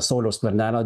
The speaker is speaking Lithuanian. sauliaus skvernelio